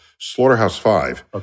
Slaughterhouse-Five